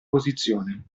posizione